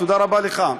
תודה רבה לך.